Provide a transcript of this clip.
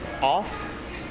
off